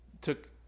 took